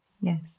Yes